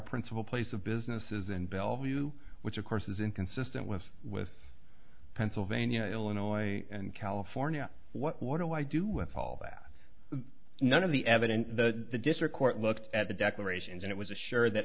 principal place of business is in bellevue which of course is inconsistent with with pennsylvania illinois and california what what do i do with all that none of the evidence that the district court looked at the declarations and it was assure that